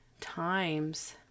times